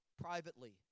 privately